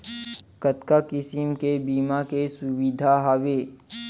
कतका किसिम के बीमा के सुविधा हावे?